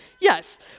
Yes